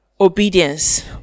obedience